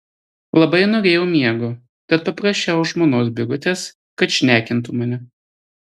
labai norėjau miego tad paprašiau žmonos birutės kad šnekintų mane